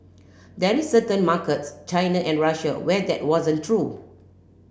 that is certain markets China and Russia where that wasn't true